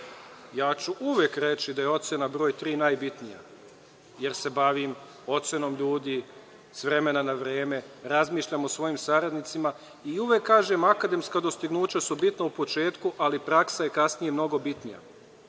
ću reći da je ocena broj tri najbitnija, jer se bavim ocenom ljudi s vremena na vreme, razmišljam o svojim saradnicima i uvek kažem – akademska dostignuća su bitna u početku, ali praksa je kasnije mnogo bitnija.